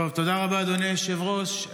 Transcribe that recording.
תודה רבה, אדוני היושב-ראש.